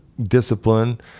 discipline